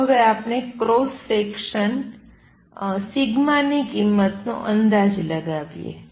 ચાલો હવે આપણે ક્રોસ સેક્શન ની કિંમતનો અંદાજ લગાવીએ